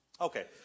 Okay